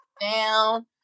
down